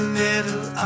middle